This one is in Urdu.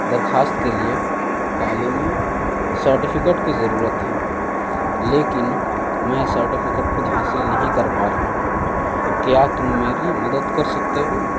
درخواست کے لیے تعلیمی سرٹیفکٹ کی ضرورت ہے لیکن میں اس سرٹیفکٹ خود حاصل نہیں کر پا رہا ہوں کیا تم میری مدد کر سکتے ہو